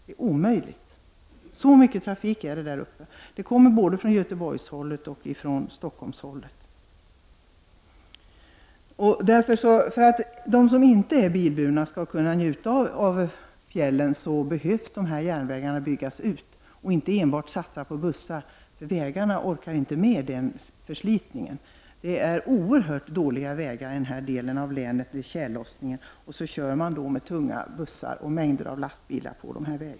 Det är omöjligt. Så mycket trafik är det där uppe. För att de som inte är bilburna skall kunna njuta av fjällen behöver dessa järnvägar byggas ut, Man kan inte enbart satsa på bussar. Vägarna orkar inte med den förslitningen. Det är oerhört dåliga vägar i den här delen av länet när tjällossningen pågår och man kör med tunga bussar och en mängd lastbilar på dem.